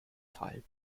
teil